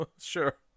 sure